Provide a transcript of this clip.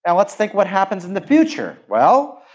and let's think what happens in the future. well,